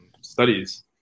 studies